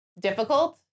difficult